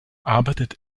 arbeitet